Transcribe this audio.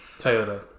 Toyota